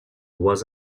was